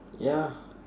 ya